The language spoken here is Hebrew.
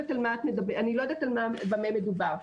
אני לא יודעת במה מדובר.